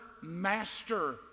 master